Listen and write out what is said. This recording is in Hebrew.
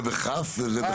לא, זה ב-כ' וזה ב-ח'.